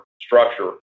structure